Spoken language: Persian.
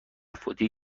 فوتی